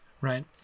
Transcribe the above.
right